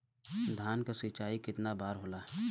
धान क सिंचाई कितना बार होला?